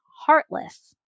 heartless